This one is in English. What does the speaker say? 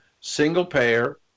single-payer